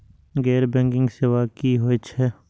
गैर बैंकिंग सेवा की होय छेय?